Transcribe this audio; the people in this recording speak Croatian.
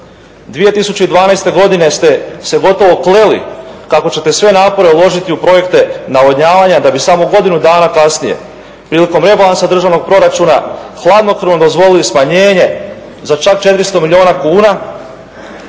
2012. godine ste se gotovo kleli kako ćete sve napore uložiti u projekte navodnjavanja da bi samo godinu dana kasnije prilikom rebalansa državnog proračuna hladnokrvno dozvolili smanjenje za čak 400 milijuna kuna,